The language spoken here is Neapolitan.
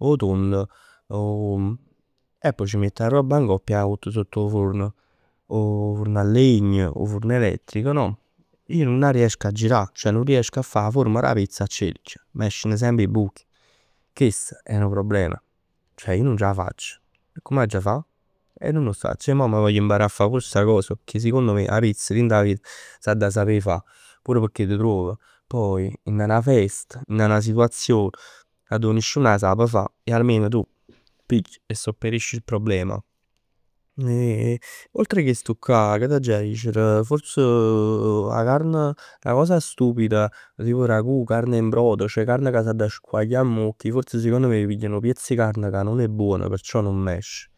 'O tondo, 'o e poj c' miett 'a robb ngopp e 'a miett sott 'o furn. 'O furn a legna, 'o furn elettrico no?. Ij nun 'a riesco a girà, ceh nun riesco a fa 'a forma d' 'a pizza a cerchio. M'esceno semp 'e buchi. Chest è nu problem. Ceh ij nun c' 'a facc. E come aggia fa? E nun 'o sacc. E mo m' voglio imparà a fa pur sta cos. Pecchè 'a pizz dint 'a vita secondo me s'adda sapè fa. Pur pecchè t' truov poi dint 'a 'na festa, dint 'a 'na situazion arò nisciun 'a sap fa e almeno tu pigli e sopperisci il problema. Oltre chest'ccà che t'aggia dicere? Forse 'a carn, 'na cosa stupida tipo ragu, carne in brodo, ceh carne che s'adda squaglià mmocc. Ij secondo me pigliaj nu piezz 'e carne ca nun è buono perciò non esce.